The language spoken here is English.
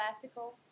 classical